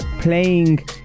playing